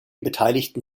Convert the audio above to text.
beteiligten